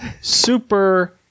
super